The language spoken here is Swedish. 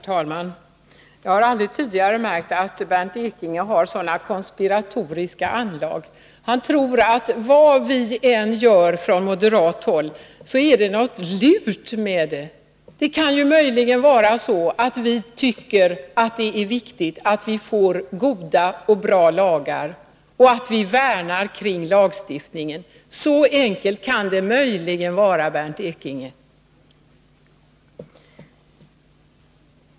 Herr talman! Jag har aldrig tidigare märkt att Bernt Ekinge har sådana konspiratoriska anlag. Vad vi än gör från moderat håll är det någonting lurt med det, tror han. Men det kan möjligen vara så att vi tycker att det är viktigt med bra lagar och att vi värnar om lagstiftningen. Så enkelt kan det vara, Bernt Ekinge.